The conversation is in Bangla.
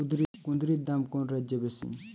কুঁদরীর দাম কোন রাজ্যে বেশি?